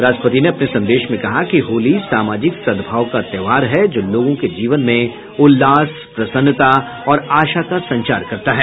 राष्ट्रपति ने अपने संदेश में कहा कि होली सामाजिक सद्भाव का त्योहार है जो लोगों के जीवन में उल्लास प्रसन्नता और आशा का संचार करता है